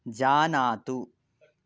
जानातु